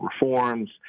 reforms